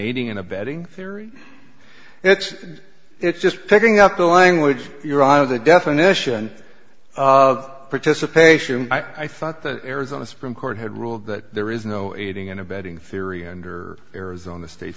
anything in a betting theory it's it's just picking up the language you're out of the definition of participation i thought the arizona supreme court had ruled that there is no aiding and abetting theory under arizona state